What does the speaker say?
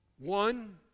One